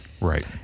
Right